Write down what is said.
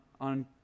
on